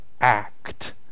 act